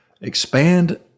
expand